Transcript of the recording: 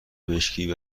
مشکی